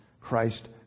Christ